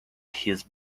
his